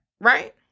right